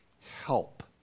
help